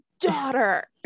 daughter